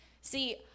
See